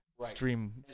Stream